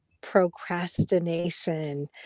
procrastination